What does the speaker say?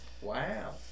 wow